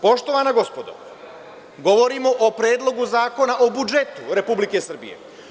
Poštovana gospodo, govorimo o Predlogu zakona o budžetu Republike Srbije.